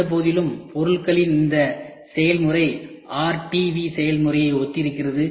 இருந்தபோதிலும் பொருளின் இந்த செயல்முறை RTV செயல்முறையை ஒத்திருக்கிறது